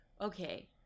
okay